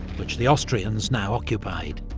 which the austrians now occupied.